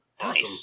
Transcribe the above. Awesome